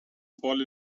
fall